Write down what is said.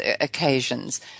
occasions